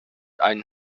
einen